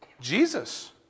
Jesus